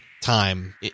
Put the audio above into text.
time